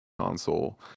console